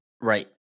right